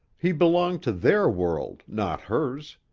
he belonged to their world, not hers.